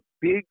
big